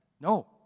No